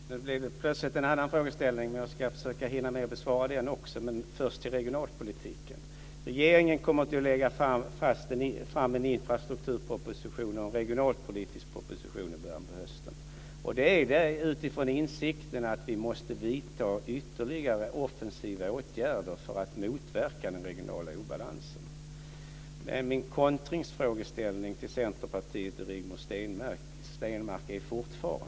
Fru talman! Nu blev det plötsligt en annan frågeställning. Jag ska försöka hinna besvara den också, men först till regionalpolitiken. Regeringen kommer att lägga fram en infrastrukturproposition och en regionalpolitisk proposition under hösten. Det gör vi utifrån insikten att vi måste vidta ytterligare offensiva åtgärder för att motverka den regionala obalansen. Jag har fortfarande en kontringsfrågeställning till Centerpartiet och Rigmor Stenmark.